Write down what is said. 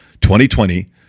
2020